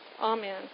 Amen